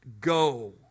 go